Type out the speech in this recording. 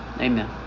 amen